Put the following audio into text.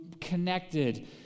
connected